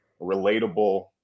relatable